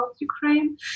Ukraine